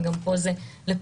וגם פה זה לפרוטוקול.